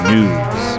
News